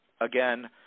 again